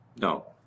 no